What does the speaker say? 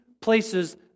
places